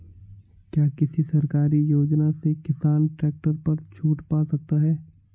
क्या किसी सरकारी योजना से किसान ट्रैक्टर पर छूट पा सकता है?